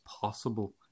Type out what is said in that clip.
possible